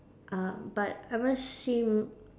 uh but I might seem